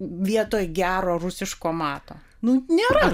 vietoj gero rusiško mato nu nėra